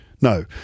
No